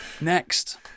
next